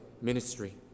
ministry